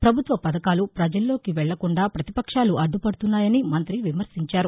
పభుత్వ పథకాలు ప్రజల్లోకి వెళ్ళకుండా పతిపక్షాలు అడ్డుపడుతున్నాయని మంగ్రతి విమర్శించారు